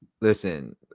listen